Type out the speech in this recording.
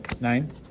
Nine